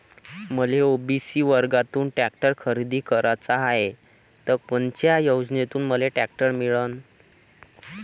मले ओ.बी.सी वर्गातून टॅक्टर खरेदी कराचा हाये त कोनच्या योजनेतून मले टॅक्टर मिळन?